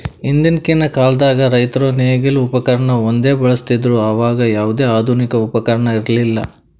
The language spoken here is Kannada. ಹಿಂದಕ್ಕಿನ್ ಕಾಲದಾಗ್ ರೈತರ್ ನೇಗಿಲ್ ಉಪಕರ್ಣ ಒಂದೇ ಬಳಸ್ತಿದ್ರು ಅವಾಗ ಯಾವ್ದು ಆಧುನಿಕ್ ಉಪಕರ್ಣ ಇರ್ಲಿಲ್ಲಾ